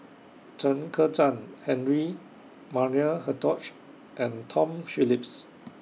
Chen Kezhan Henri Maria Hertogh and Tom Phillips